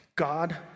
God